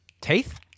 Teeth